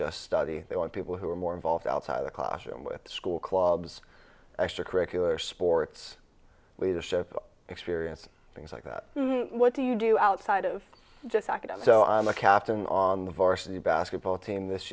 just study they want people who are more involved outside the classroom with school clubs extra curricular sports leadership experience things like that what do you do outside of just academic so i'm a captain on the varsity basketball team this